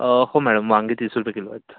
हो मॅडम वांगे तीस रुपये किलो आहेत